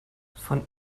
von